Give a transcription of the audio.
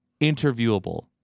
interviewable